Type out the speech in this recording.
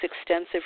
extensive